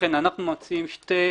לכן, אנחנו מציעים שני שלבים,